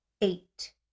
Eight